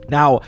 Now